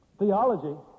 Theology